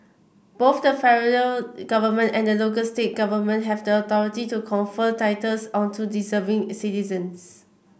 both the federal government and the local state government have the authority to confer titles onto deserving citizens